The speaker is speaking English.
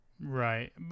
Right